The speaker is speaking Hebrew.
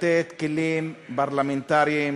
לתת כלים פרלמנטריים,